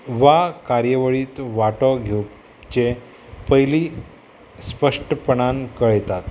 वा कार्यवळीत वांटो घेवचे पयली स्पश्टपणान कळयतात